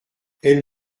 elle